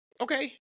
okay